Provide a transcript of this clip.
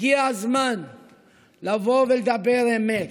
הגיע הזמן לבוא ולדבר אמת.